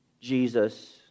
Jesus